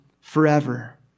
forever